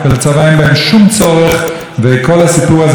וכל הסיפור הזה יכול להיפתר בלי שום כפייה.